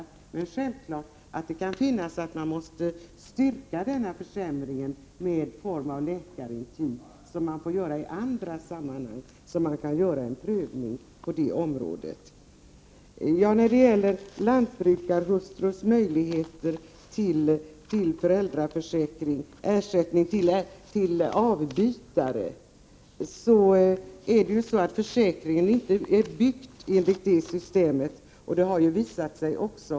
Men det är självklart att det kan hända att man måste styrka denna försämring med någon form av läkarintyg, som man får göra i andra sammanhang, så att det kan göras en prövning på det området. När det gäller lantbrukarhustrus möjligheter till ersättning till avbytare vill jag säga att försäkringen inte är uppbyggd enligt den principen.